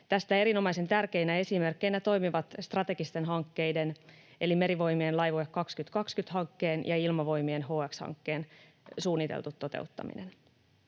Tästä erinomaisen tärkeinä esimerkkeinä toimivat strategisten hankkeiden eli Merivoimien Laivue 2020 ‑hankkeen ja Ilmavoimien HX-hankkeen suunniteltu toteuttaminen.